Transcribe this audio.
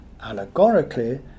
Allegorically